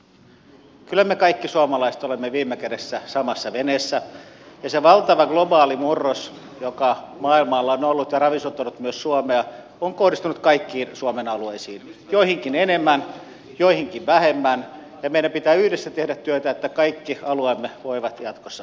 kyllä me kaikki suomalaiset olemme viime kädessä samassa veneessä ja se valtava globaali murros joka maailmalla on ollut ja ravisuttanut myös suomea on kohdistunut kaikkiin suomen alueisiin joihinkin enemmän joihinkin vähemmän ja meidän pitää yhdessä tehdä työtä että kaikki alueemme voivat jatkossa paremmin